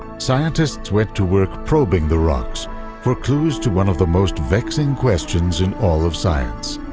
scientists went to work probing the rocks for clues to one of the most vexing questions in all of science.